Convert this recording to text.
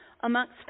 amongst